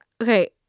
okay